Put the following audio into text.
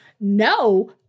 no